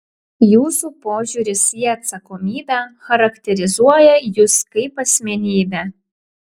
jūsų požiūris į atsakomybę charakterizuoja jus kaip asmenybę